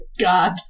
god